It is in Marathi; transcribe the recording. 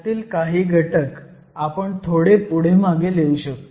ह्यातील काही घटक आपण थोडे पूढे मागे लिहू शकतो